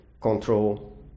control